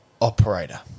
operator